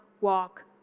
walk